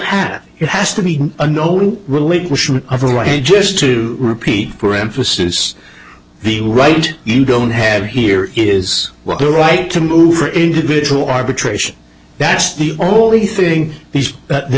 have it has to be a known relinquishment of a right and just to repeat for emphasis the right you don't have here is what the right to move or individual arbitration that's the only thing he's the